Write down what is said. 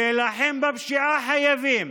להילחם בפשיעה חייבים.